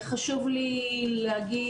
חשוב לי להגיד